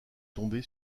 tombée